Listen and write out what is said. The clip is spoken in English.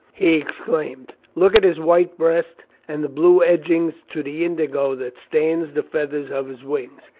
he exclaimed. look at his white breast, and the blue edgings to the indigo that stains the feathers of his wings,